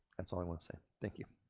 that's all i want to say, thank you.